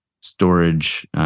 storage